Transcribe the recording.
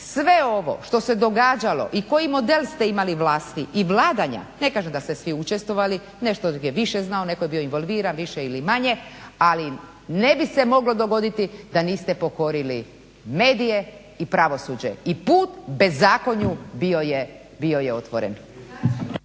Sve ovo što se događalo i koji model ste imali vlasti i vladanja, ne kažem da ste svi učestvovali, nešto je više znao, netko je bio involviran više ili manje, ali ne bi se moglo dogoditi da niste pokorili medije i pravosuđe i put bezakonju bio je otvoren.